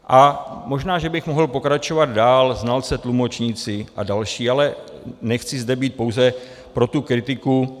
A možná že bych mohl pokračovat dál, znalci, tlumočníci a další, ale nechci zde být pouze pro tu kritiku.